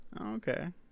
Okay